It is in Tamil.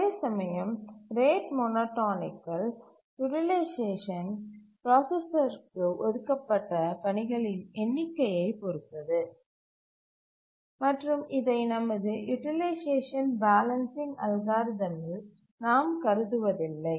அதேசமயம் ரேட் மோனோடோனிகில் யூட்டிலைசேஷன் பிராசசற்கு ஒதுக்கப்பட்ட பணிகளின் எண்ணிக்கையைப் பொறுத்தது மற்றும் இதை நமது யூட்டிலைசேஷன் பேலன்ஸிங் அல்காரிதத்தில் நாம் கருதவில்லை